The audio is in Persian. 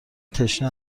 تشنه